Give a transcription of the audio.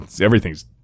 everything's